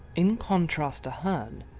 in contrast to herne,